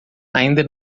ainda